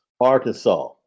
Arkansas